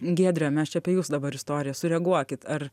giedre mes čia apie jus dabar istorija sureaguokit ar